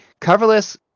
coverless